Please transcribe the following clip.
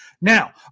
Now